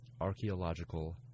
archaeological